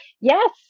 Yes